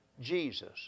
Jesus